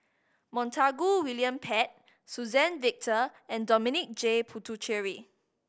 Montague William Pett Suzann Victor and Dominic J Puthucheary